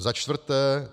Za čtvrté.